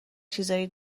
چیزای